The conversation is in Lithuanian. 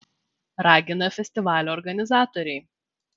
ragina festivalio organizatoriai